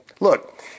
Look